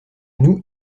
nous